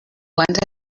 quants